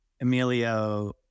Emilio